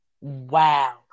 Wow